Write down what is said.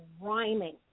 rhyming